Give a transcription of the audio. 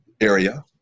area